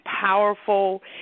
powerful